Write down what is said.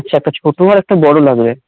আচ্ছা একটা ছোট আর একটা বড় লাগবে